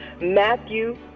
Matthew